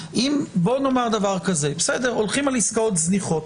בוא נאמר דבר כזה, בסדר, הולכים על עסקאות זניחות.